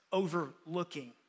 overlooking